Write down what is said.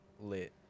Lit